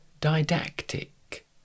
didactic